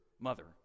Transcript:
mother